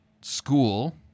school